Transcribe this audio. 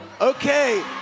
Okay